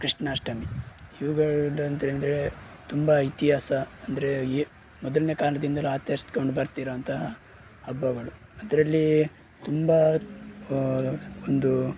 ಕೃಷ್ಣಾಷ್ಟಮಿ ಇವುಗಳು ಅಂಥೇಳಿದ್ರೆ ತುಂಬ ಇತಿಹಾಸ ಅಂದರೆ ಎ ಮೊದಲನೇ ಕಾಲದಿಂದಲೂ ಆಚರಿಸ್ಕೊಂಡು ಬರ್ತಿರುವಂಥ ಹಬ್ಬಗಳು ಅದರಲ್ಲಿ ತುಂಬ ಒಂದು